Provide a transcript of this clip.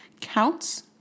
counts